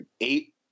eight